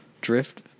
Drift